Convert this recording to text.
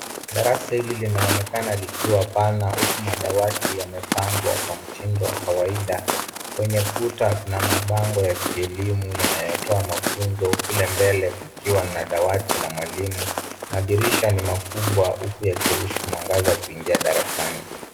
Darasa hili linaonekana likiwa pana huku madawati yamepangwa kwa mtindo wa kawaida. Kwenye kuta kuna mabango ya kielimu yanayotoa mafunzo kule mbele kukiwa na dawati la mwalimu. Madirisha ni makubwa huku yakiruhusu mwangaza kuingia darasani.